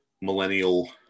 millennial